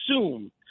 assume